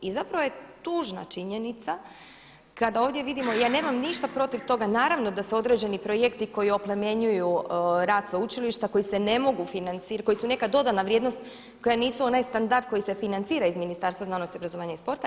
I zapravo je tužna činjenica kada ovdje vidimo, ja nemam ništa protiv toga, naravno da se određeni projekti koji oplemenjuju rad sveučilišta koji se ne mogu financirati, koji su neka dodana vrijednost koja nisu onaj standard koji se financira iz Ministarstva znanosti, obrazovanja i sporta.